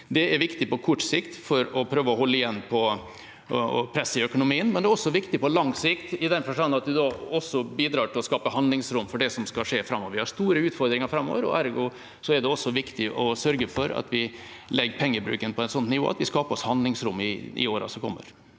Det er viktig på kort sikt for å prøve å holde igjen på presset i økonomien, men det er også viktig på lang sikt i den forstand at vi da bidrar til å skape handlingsrom for det som skal skje framover. Vi har store utfordringer framover, ergo er det viktig å sørge for at vi legger pengebruken på et sånt nivå at vi skaper oss handlingsrom i årene som kommer.